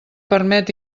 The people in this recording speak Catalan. permet